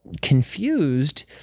confused